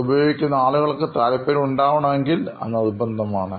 അത് ഉപയോഗിക്കുന്ന ആൾക്ക് താല്പര്യം ഉണ്ടാവണമെങ്കിൽ അത് നിർബന്ധമാണ്